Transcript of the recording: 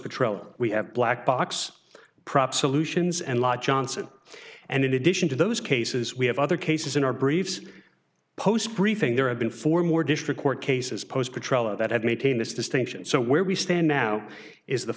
patroller we have black box prop solutions and law johnson and in addition to those cases we have other cases in our briefs post briefing there have been for more district court cases post control of that i maintain this distinction so where we stand now is the